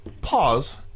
Pause